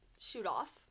shoot-off